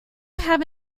have